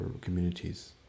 communities